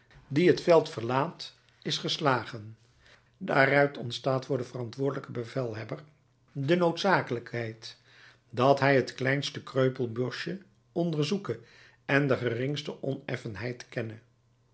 die het veld verlaat is geslagen daaruit ontstaat voor den verantwoordelijken bevelhebber de noodzakelijkheid dat hij het kleinste kreupelboschje onderzoeke en de geringste oneffenheid kenne